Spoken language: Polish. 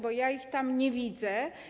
Bo ja ich tam nie widzę.